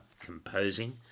composing